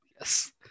yes